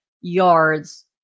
yards